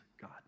God